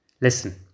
Listen